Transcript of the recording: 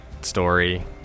story